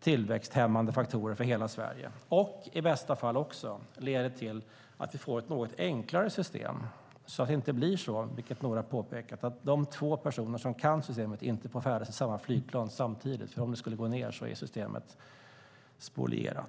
tillväxthämmande faktorer för hela Sverige och i bästa fall leder till att vi får ett något enklare system, så att det inte blir så - vilket några har påpekat - att de två personer som kan systemet inte får färdas i samma flygplan samtidigt, för om det skulle gå ned är systemet spolierat.